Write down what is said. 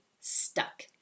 stuck